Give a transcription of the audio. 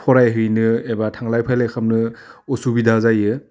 फरायहैनो एबा थांलाय फैलाय खालामनो असुबिदा जायो